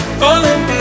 falling